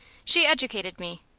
she educated me.